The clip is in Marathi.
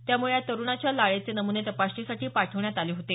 त्यामुळे या तरुणाच्या लाळेचे नमुने तपासणीसाठी पाठवण्यात आले होते